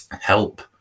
help